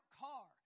car